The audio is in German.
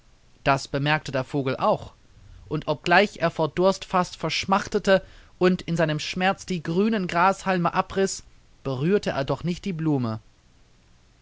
das bemerkte der vogel auch und obgleich er vor durst fast verschmachtete und in seinem schmerz die grünen grashalme abriß berührte er doch nicht die blume